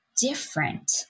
different